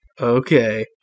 Okay